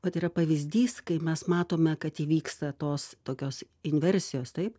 vat tai yra pavyzdys kai mes matome kad įvyksta tos tokios inversijos taip